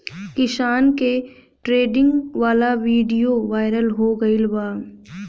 किसान के ट्रेनिंग वाला विडीओ वायरल हो गईल बा